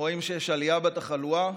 רואים שיש עלייה בתחלואה,